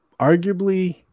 Arguably